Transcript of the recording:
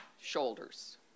shoulders